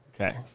Okay